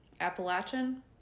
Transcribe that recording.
Appalachian